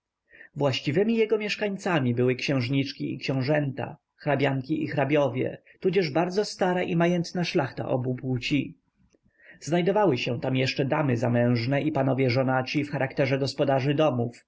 właściwymi jego mieszkańcami były księżniczki i książęta hrabianki i hrabiowie tudzież bardzo stara i majętna szlachta obojej płci znajdowały się tam jeszcze damy zamężne i panowie żonaci w charakterze gospodarzy domów